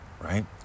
Right